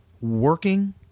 working